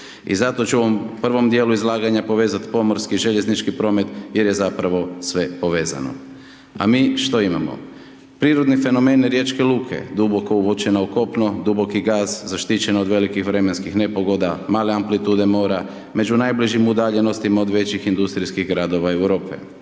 I zato ću vam u prvom dijelu izlaganja povezati pomorski, željeznički promet, jer je zapravo sve povezano. A mi što imamo? Prirodni fenomen riječke luke, duboko uvučeno u kopno, duboki gas, zaštićen od velikih vremenskih nepogoda, male amplitude mora, među najbližim udaljenosti od većih industrijskih gradova Europe.